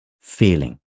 feeling